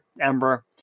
Ember